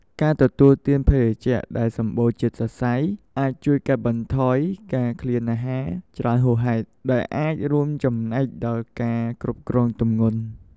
ការទទួលទានភេសជ្ជៈដែលសម្បូរជាតិសរសៃអាចជួយកាត់បន្ថយការឃ្លានអាហារច្រើនហួសហេតុ ដែលអាចរួមចំណែកដល់ការគ្រប់គ្រងទម្ងន់។